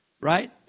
Right